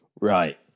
right